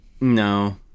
No